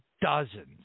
dozens